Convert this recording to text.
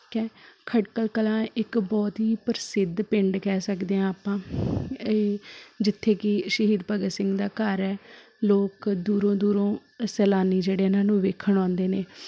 ਖੇ ਖੜਕਲ ਕਲਾਂ ਇੱਕ ਬਹੁਤ ਹੀ ਪ੍ਰਸਿੱਧ ਪਿੰਡ ਕਹਿ ਸਕਦੇ ਹਾਂ ਆਪਾਂ ਜਿੱਥੇ ਕਿ ਸ਼ਹੀਦ ਭਗਤ ਸਿੰਘ ਦਾ ਘਰ ਹੈ ਲੋਕ ਦੂਰੋਂ ਦੂਰੋਂ ਸੈਲਾਨੀ ਜਿਹੜੇ ਇਹਨਾਂ ਨੂੰ ਵੇਖਣ ਆਉਂਦੇ ਨੇ